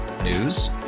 News